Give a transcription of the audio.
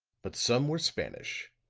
but some were spanish,